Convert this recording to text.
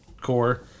core